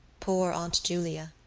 poor aunt julia!